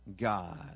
God